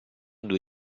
due